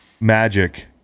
Magic